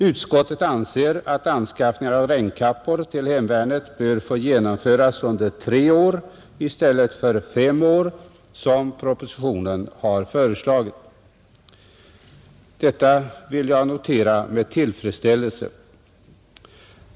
Utskottet anser att anskaffning av regnkappor till hemvärnet bör få genomföras under tre år i stället för fem år som propositionen har föreslagit. Detta vill jag notera med tillfredsställelse.